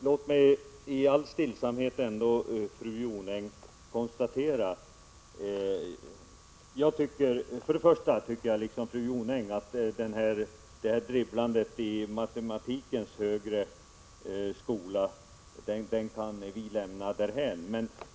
Herr talman! Först och främst tycker jag som fru Jonäng att dribblandet i matematikens högre skola kan vi lämna därhän.